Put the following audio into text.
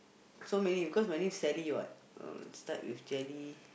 so many because my name Sally what oh start with Jelly